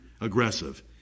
aggressive